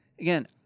again